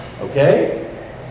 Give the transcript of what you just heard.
okay